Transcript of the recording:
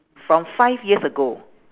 from five years ago